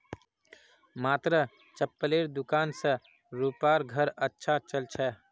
मात्र चप्पलेर दुकान स रूपार घर अच्छा चल छ